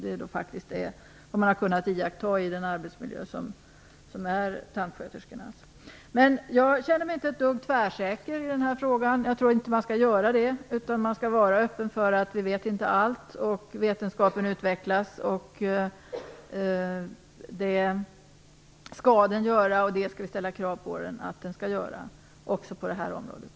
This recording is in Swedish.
Det är den koncentration man har kunnat iaktta i den arbetsmiljö som är tandsköterskornas. Jag känner mig inte ett dugg tvärsäker i den här frågan, och jag tror inte att man skall vara det. Man skall vara öppen för att vi inte vet allt och för att vetenskapen utvecklas. Det skall den göra, och det skall vi ställa krav på att den gör, också på det här området.